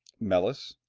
melis,